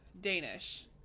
Danish